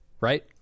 right